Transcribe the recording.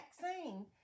vaccine